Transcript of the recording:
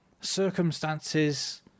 circumstances